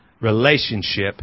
relationship